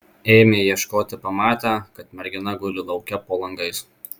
ėmę ieškoti pamatę kad mergina guli lauke po langais